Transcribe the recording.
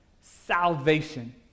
Salvation